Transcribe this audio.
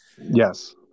yes